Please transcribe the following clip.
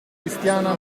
cristiana